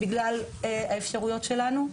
בגלל האפשרויות שלנו.